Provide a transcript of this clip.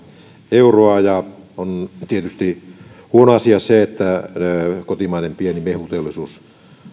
euroa ja on tietysti huono asia se että kotimainen pieni mehuteollisuus